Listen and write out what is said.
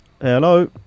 Hello